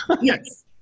Yes